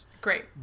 great